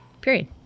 period